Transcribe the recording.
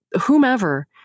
whomever